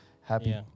happy